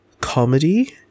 comedy